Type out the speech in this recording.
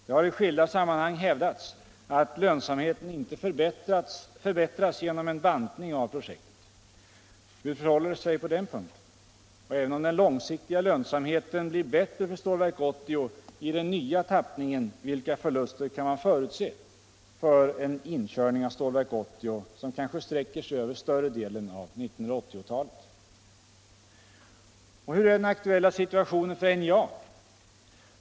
Det har i skilda sammanhang hävdats att lönsamheten inte förbättras genom en bantning av projektet. Hur förhåller det sig på den punkten? Och även om den långsiktiga lönsamheten blir bättre för Stålverk 80 i den nya tappningen, vilka förluster kan man förutse för en inkörning av Stålverk 80 som kanske sträcker sig över större delen av 1980-talet. Hur är den aktuella situationen för NJA?